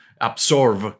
absorb